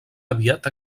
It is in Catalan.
aviat